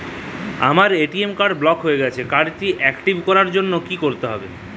আমার ATM card block হয়ে গেছে কার্ড টি একটিভ করার জন্যে কি করতে হবে?